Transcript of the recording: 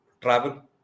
travel